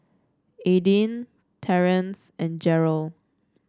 Aydin Terrance and Jerel